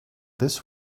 this